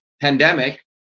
pandemic